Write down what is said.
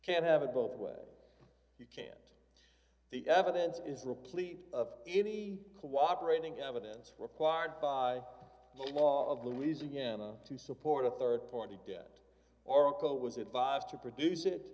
can't have it both way you can't the evidence is replete of any cooperating evidence required by law of louisiana to support a rd party debt oracle was advised to produce it